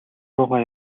руугаа